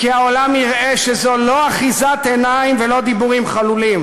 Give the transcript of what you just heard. כי העולם יראה שזו לא אחיזת עיניים ולא דיבורים חלולים.